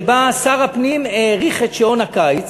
שבה שר הפנים האריך את שעון הקיץ,